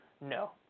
No